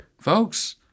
folks